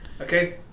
Okay